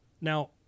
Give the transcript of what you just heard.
Now